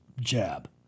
Jab